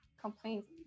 complaints